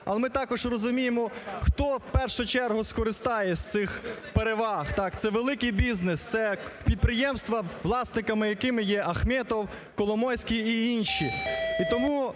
Але ми також розуміємо, хто в першу чергу скористає з цих переваг. Так, це великий бізнес. Це підприємства, власниками яких є Ахметов, Коломойський і інші.